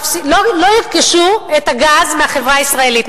לא ירכשו את הגז מהחברה הישראלית.